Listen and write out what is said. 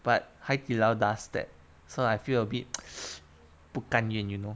but 海底捞 does that so I feel a bit 不甘愿 you know